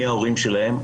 מי ההורים שלהם,